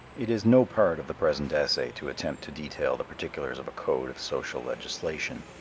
it is no part of the present essay to attempt to detail the particulars of a code of social legislation.